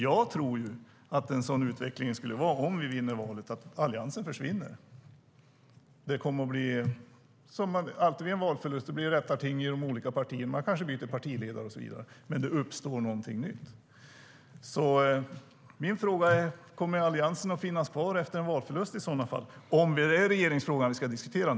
Jag tror att om vi vinner valet kommer Alliansen att försvinna. Efter en valförlust blir det rättarting i de olika partierna, och man kanske byter partiledare och så vidare, men det uppstår något nytt. Min fråga är alltså: Kommer Alliansen att finnas kvar efter en valförlust, om det nu är regeringsfrågan vi ska diskutera?